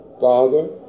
father